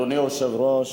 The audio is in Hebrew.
אדוני היושב-ראש,